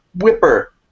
whipper